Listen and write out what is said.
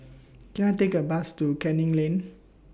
Can I Take A Bus to Canning Lane